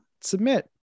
submit